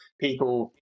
People